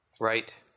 right